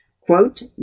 Quote